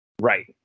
right